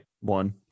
One